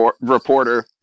reporter